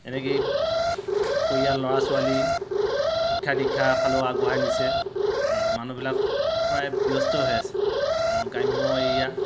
এনেকেই পৰিয়াল ল'ৰা ছোৱালী শিক্ষা দীক্ষা ফালেও আগবঢ়াই নিছে মানুহবিলাক প্ৰায় ব্যস্ত হৈ আছে আমাৰ গ্ৰাম্য এৰিয়া